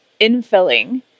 infilling